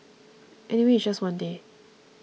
anyway it's just one day